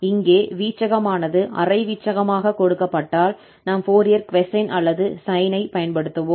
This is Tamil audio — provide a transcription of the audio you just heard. இங்கே வீச்சகமானது அரை வீச்சகமாக கொடுக்கப்பட்டால் நாம் ஃபோரியர் கொசைன் அல்லது சைனைப் பயன்படுத்துவோம்